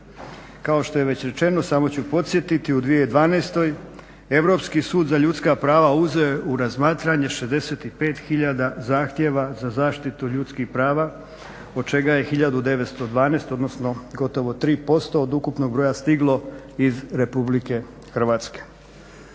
Kao što je već rečeno, samo ću podsjetiti, u 2012. Europski sud za ljudska prava uzeo je u razmatranje 65000 zahtjeva za zaštitu ljudskih prava, od čega je 1912, odnosno gotovo 3% od ukupnog broja stiglo iz Republike Hrvatske.